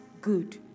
good